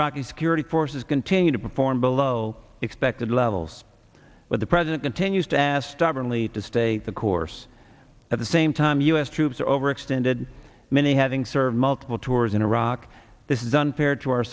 iraqi security forces continue to perform below expected levels when the president continues to asked stubbornly to stay the course at the same time u s troops are overextended many having served multiple tours in iraq this is unfair to our